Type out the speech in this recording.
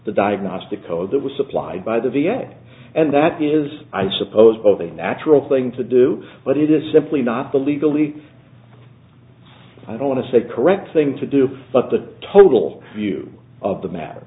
the diagnostic oh that was supplied by the v a and that is i suppose both a natural thing to do but it is simply not the legally i don't want to say correct thing to do but the total view of the matter